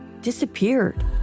disappeared